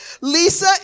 Lisa